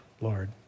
Lord